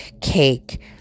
cake